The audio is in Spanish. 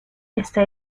está